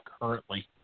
currently